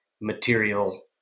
material